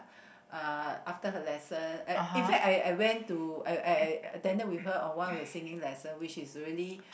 uh after her lesson in fact I I went to I I attended with her on one of the singing lesson which is really